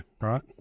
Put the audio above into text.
right